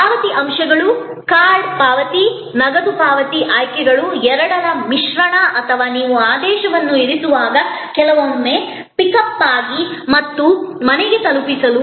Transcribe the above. ಪಾವತಿ ಅಂಶಗಳು ಕಾರ್ಡ್ ಪಾವತಿ ನಗದು ಪಾವತಿ ಆಯ್ಕೆಗಳು ಎರಡರ ಮಿಶ್ರಣ ಅಥವಾ ನೀವು ಆದೇಶವನ್ನು ಇರಿಸುವಾಗ ಕೆಲವೊಮ್ಮೆ ಪಿಕಪ್ಗಾಗಿ ಮತ್ತು ಮನೆಗೆ ತಲುಪಿಸಲು